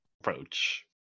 approach